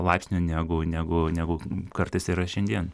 laipsnio negu negu negu kartais yra šiandien